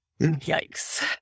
Yikes